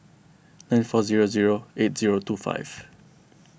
nine four zero zero eight zero two five